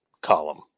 column